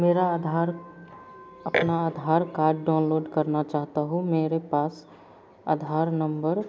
मेरा आधार अपना Aadhaar card download करना चाहता हूँ मेरे पास आधार नम्बर